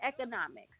economics